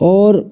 और